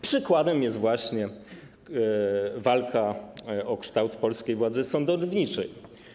Przykładem jest właśnie walka o kształt polskiej władzy sądowniczej.